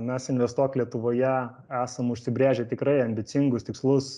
mes investuok lietuvoje esam užsibrėžę tikrai ambicingus tikslus